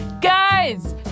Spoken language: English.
Guys